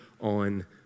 on